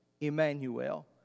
Emmanuel